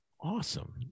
awesome